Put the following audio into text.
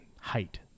height